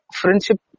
friendship